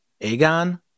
aegon